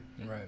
right